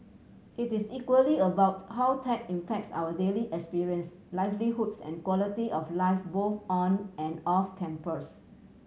it is equally about how tech impacts our daily experience livelihoods and quality of life both on and off campus